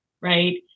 right